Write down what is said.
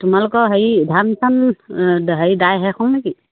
তোমালোকৰ হেৰি ধান চান হেৰি দাই শেষ হ'ল নেকি